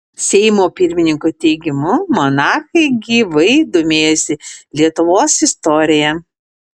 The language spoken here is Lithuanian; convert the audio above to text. seimo pirmininko teigimu monarchai gyvai domėjosi lietuvos istorija